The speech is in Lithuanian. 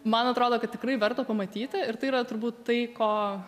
man atrodo kad tikrai verta pamatyti ir tai yra turbūt tai ko